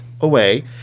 away